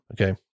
Okay